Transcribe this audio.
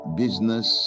business